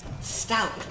stout